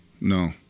No